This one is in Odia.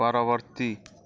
ପରବର୍ତ୍ତୀ